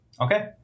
Okay